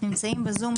נמצאים בזום,